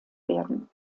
werden